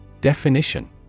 Definition